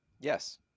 Yes